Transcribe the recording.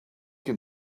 can